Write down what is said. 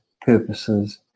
purposes